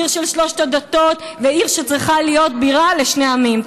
עיר שלוש הדתות ועיר שצריכה להיות בירה לשני עמים.